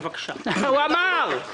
הוא אמר.